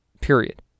Period